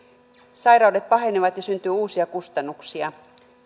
sairaudet pahenevat ja syntyy uusia kustannuksia